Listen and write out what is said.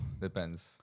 Depends